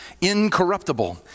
incorruptible